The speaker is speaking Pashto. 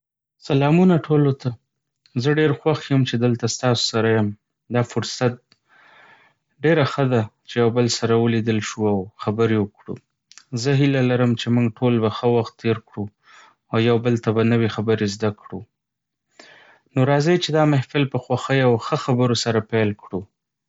سلامونه ټولو ته! زه ډېر خوښ یم چې دلته ستاسو سره یم. دا فرصت ډېره ښه ده چې یو بل سره ولیدل شو او خبرې وکړو. زه هیله لرم چې موږ ټول به ښه وخت تیر کړو او یو بل ته نوې خبرې زده کړو. نو راځئ چې دا محفل په خوښۍ او ښه خبرو سره پیل کړو!